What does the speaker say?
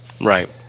Right